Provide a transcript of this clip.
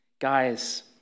Guys